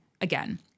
again